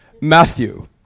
Matthew